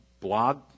blog